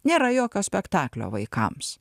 nėra jokio spektaklio vaikams